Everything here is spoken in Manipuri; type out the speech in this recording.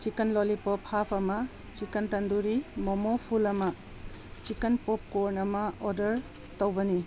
ꯆꯤꯀꯟ ꯂꯣꯂꯤꯄꯣꯞ ꯍꯥꯐ ꯑꯃ ꯆꯤꯀꯟ ꯇꯟꯗꯨꯔꯤ ꯃꯣꯃꯣ ꯐꯨꯜ ꯑꯃ ꯆꯤꯀꯟ ꯄꯣꯞ ꯀꯣꯔꯟ ꯑꯃ ꯑꯣꯗꯔ ꯇꯧꯕꯅꯤ